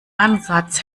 ansatz